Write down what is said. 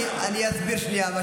אני אסביר שנייה.